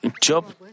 Job